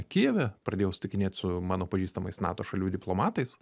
kijeve pradėjau susitikinėt su mano pažįstamais nato šalių diplomatais